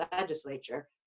legislature